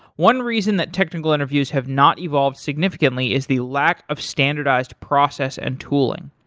one reason that technical interviews have not evolved significantly is the lack of standardized process and tooling.